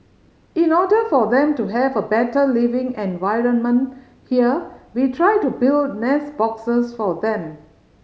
in order for them to have a better living environment here we try to build nest boxes for them